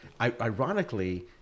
ironically